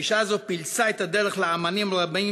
האישה הזאת פילסה את הדרך לאמנים רבים